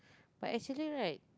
but actually right